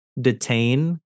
detain